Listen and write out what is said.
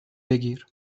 بگیر